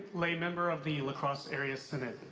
lay member of the la crosse area synod.